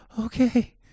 Okay